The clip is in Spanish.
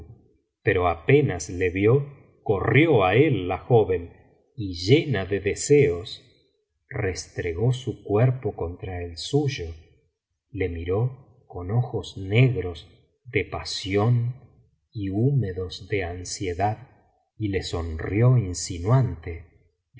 pero apenas le vio corrió á él la joven y llena de deseos restregó su cuerpo contra el suyo le miró con ojos negros de pasión y húmedos ele ansiedad y le sonrió insinuante